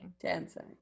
dancing